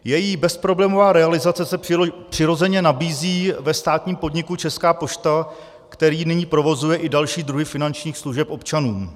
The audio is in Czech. Její bezproblémová realizace se přirozeně nabízí ve státním podniku Česká pošta, který nyní provozuje i další druhy finančních služeb občanům.